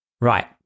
Right